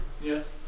Yes